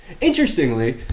Interestingly